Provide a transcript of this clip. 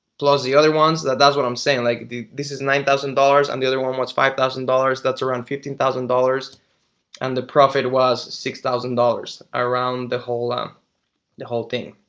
close the other ones that that's what i'm saying like this is nine thousand dollars. i'm the other one was five thousand dollars that's around fifteen thousand dollars and the profit was six thousand dollars around the whole um the whole thing.